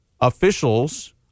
officials